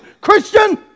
Christian